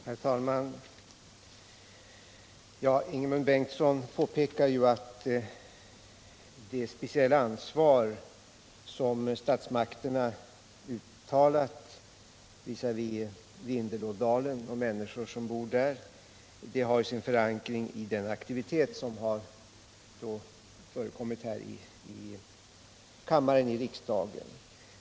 Herr talman! Ingemund Bengtsson påpekade att det speciella ansvar som statsmakterna uttalat visavi Vindelådalen och de människor som bor där har sin förankring i den aktivitet som har förekommit i riksdagen.